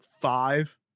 five